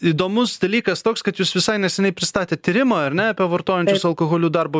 įdomus dalykas toks kad jūs visai neseniai pristatėt tyrimą ar ne apie vartojančius alkoholiu darbo